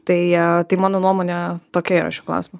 tai tai mano nuomone tokia yra šiuo klausimu